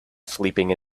sleeping